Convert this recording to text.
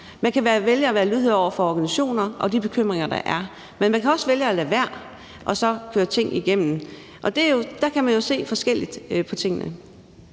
Man kan vælge at være lydhør over for organisationer og de bekymringer, der er. Men man kan også vælge at lade være og så køre ting igennem. Der kan man jo se forskelligt på tingene.